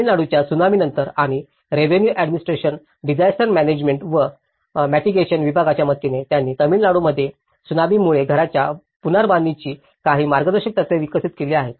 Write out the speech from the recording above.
तमिळनाडूच्या त्सुनामी नंतर आणि रेव्हेनु ऍडमिनिस्ट्रेशन डिसायस्टर म्यानेजमेंट व मेटीगेशन विभागाच्या मदतीने त्यांनी तमिळनाडूमध्ये त्सुनामीमुळे घरांच्या पुनर्बांधणीची काही मार्गदर्शक तत्त्वे विकसित केली आहेत